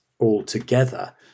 altogether